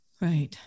Right